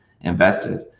invested